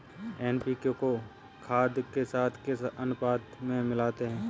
NPK को खाद के साथ किस अनुपात में मिलाते हैं?